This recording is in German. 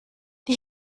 die